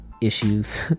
issues